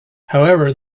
however